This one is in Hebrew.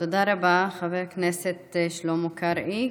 תודה רבה, חבר הכנסת שלמה קרעי.